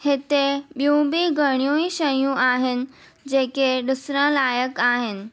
हिते ॿियूं बि घणियूं ई शयूं आहिनि जेके ॾिसणु लाइक़ु आहिनि